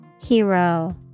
Hero